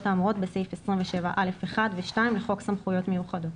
האמורות בסעיף 27(א)(1) ו-(2) לחוק סמכויות מיוחדות.